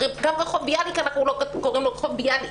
גם לרחוב ביאליק אנחנו לא קוראים רחוב ביאליק.